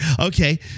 Okay